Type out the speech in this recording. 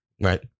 Right